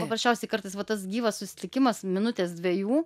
paprasčiausiai kartais va tas gyvas susitikimas minutės dviejų